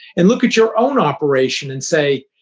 and look at your own operation and say,